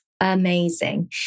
amazing